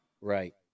Right